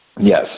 Yes